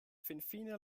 finfine